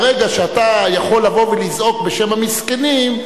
ברגע שאתה יכול לזעוק בשם המסכנים,